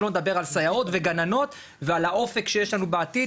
שלא לדבר על סייעות וגננות ועל האופק שיש לנו בעתיד,